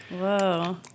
Whoa